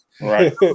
Right